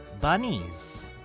bunnies